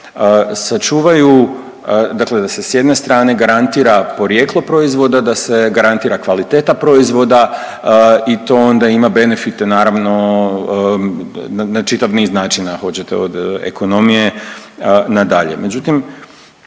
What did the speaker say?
sačuvaju, dakle da se s jedne strane garantira porijeklo proizvoda, da se garantira kvaliteta proizvoda i to onda ima benefite naravno na čitav niz načina, hoćete od ekonomije nadalje.